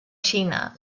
xina